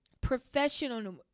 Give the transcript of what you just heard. professional